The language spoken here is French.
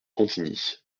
contigny